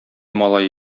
малае